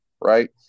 right